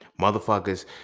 Motherfuckers